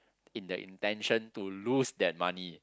in that intention to lose that money